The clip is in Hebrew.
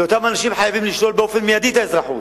לאותם אנשים חייבים לשלול באופן מיידי את האזרחות,